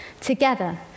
Together